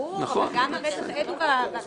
ברור, אבל גם רצח עד הוא בכוונה.